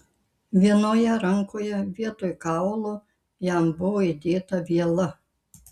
vienoje rankoje vietoj kaulo jam buvo įdėta viela